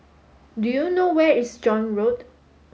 do you know where is John Road